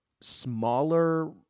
smaller